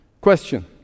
Question